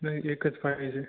नाही एकच पाहिजे